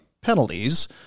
penalties